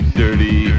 dirty